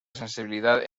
sensibilidad